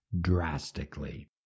drastically